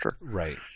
right